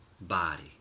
body